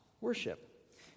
worship